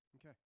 Okay